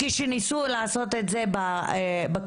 כפי שניסו לעשות את זה בקורונה,